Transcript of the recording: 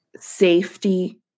safety